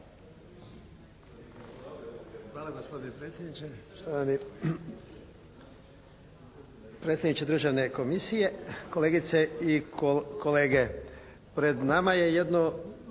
Hvala gospodine predsjedniče. Štovani predsjedniče Državne komisije, kolegice i kolege. Pred nama je jedno